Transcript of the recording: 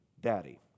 Daddy